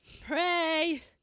pray